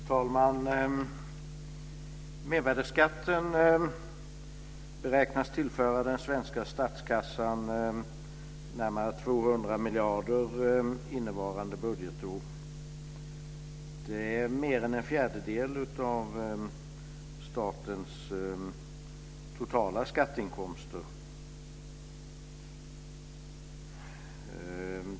Fru talman! Mervärdesskatten beräknas tillföra den svenska statskassan närmare 200 miljarder kronor innevarande budgetår. Det är mer än en fjärdedel av statens totala skatteinkomster.